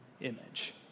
image